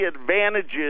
advantages